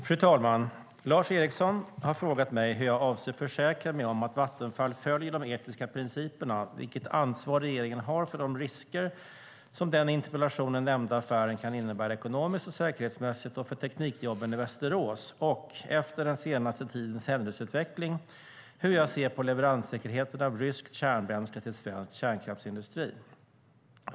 Fru talman! Lars Eriksson har frågat mig hur jag avser att försäkra mig om att Vattenfall följer de etiska principerna, vilket ansvar regeringen har för de risker som den i interpellationen nämnda affären kan innebära ekonomiskt och säkerhetsmässigt och för teknikjobben i Västerås och, efter den senaste tidens händelseutveckling, hur jag ser på leveranssäkerheten av ryskt kärnbränsle till svensk kärnkraftsindustri.